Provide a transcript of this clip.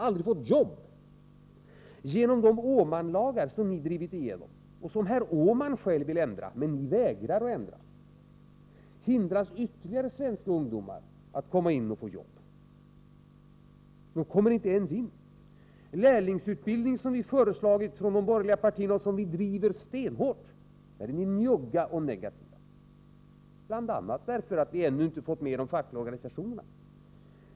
Genom de av socialdemokraterna genomdrivna Åmanlagarna — som herr Åman själv vill ändra men som socialdemokraterna vägrar att ändra — hindras ytterligare svenska ungdomar att få arbete. De kommer inte ens in på arbetsmarknaden. Till den lärlingsutbildning som de borgerliga partierna föreslagit och som vi driver stenhårt är ni njugga och negativa, bl.a. därför att vi ännu inte fått med de fackliga organisationerna.